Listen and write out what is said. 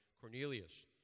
Cornelius